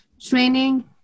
training